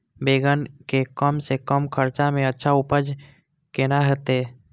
बेंगन के कम से कम खर्चा में अच्छा उपज केना होते?